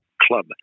club